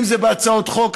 בהצעות חוק,